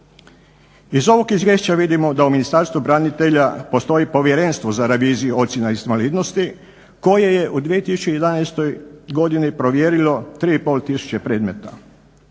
Iz ovog izvješća vidimo da u Ministarstvu branitelja postoji Povjerenstvo za reviziju ocjena invalidnosti koje je u 2011.godini provjerilo 3,5 tisuće predmeta.